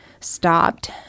stopped